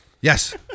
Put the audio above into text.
Yes